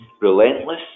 relentless